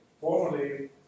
formerly